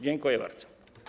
Dziękuję bardzo.